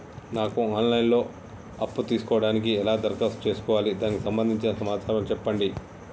నాకు online లో అప్పు తీసుకోవడానికి ఎలా దరఖాస్తు చేసుకోవాలి దానికి సంబంధించిన సమాచారం చెప్పండి?